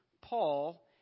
Paul